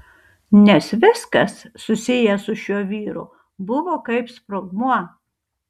nes viskas susiję su šiuo vyru buvo kaip sprogmuo